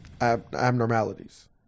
Abnormalities